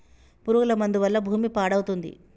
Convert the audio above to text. పురుగుల మందు వల్ల భూమి పాడవుతుంది